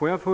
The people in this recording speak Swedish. Herr talman!